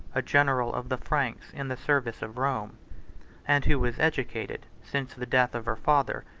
a general of the franks in the service of rome and who was educated, since the death of her father,